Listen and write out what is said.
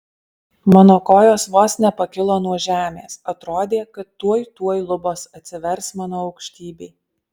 mano kojos vos nepakilo nuo žemės atrodė kad tuoj tuoj lubos atsivers mano aukštybei